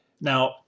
now